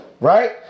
Right